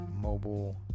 mobile